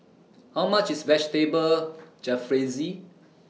How much IS Vegetable Jalfrezi